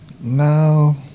No